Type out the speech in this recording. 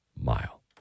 mile